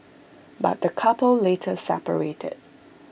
but the couple later separated